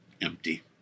empty